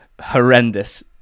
horrendous